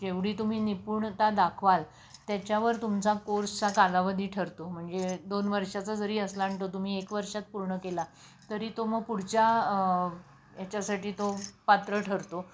जेवढी तुम्ही निपुणता दाखवाल त्याच्यावर तुमचा कोर्सचा कालावधी ठरतो म्हणजे दोन वर्षाचा जरी असला आणि तो तुम्ही एक वर्षात पूर्ण केला तरी तो मग पुढच्या याच्यासाठी तो पात्र ठरतो